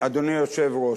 אדוני היושב-ראש,